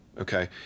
Okay